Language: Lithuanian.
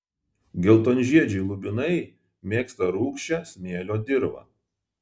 geltonžiedžiai lubinai mėgsta rūgščią smėlio dirvą